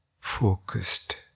focused